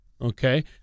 Okay